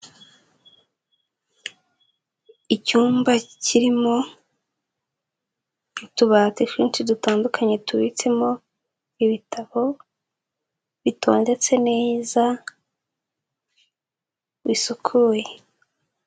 Icyumba kirimo utubati twinshi dutandukanye tubitsemo ibitabo bitondetse neza bisukuye.